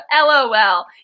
LOL